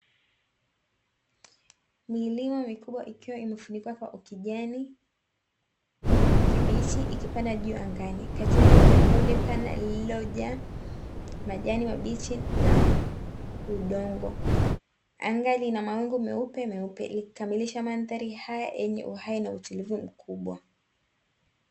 Milima mikubwa ikiwa imefunikwa kwa ukijani kibichi, ikipanda juu angani. Kati yake kuna bonde pana lililojaa majani mabichi na udongo. Anga lina mawingu meupemeupe likikamilisha mandhari haya yenye uhai na utulivu mkubwa.